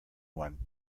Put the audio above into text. one